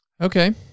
Okay